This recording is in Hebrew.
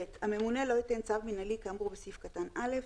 (ב)הממונה לא ייתן צו מינהלי כאמור בסעיף קטן (א)